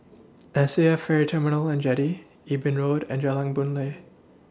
S A F Ferry Terminal and Jetty Eben Road and Jalan Boon Lay